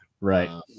Right